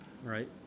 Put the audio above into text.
right